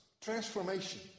transformation